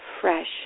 fresh